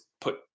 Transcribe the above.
put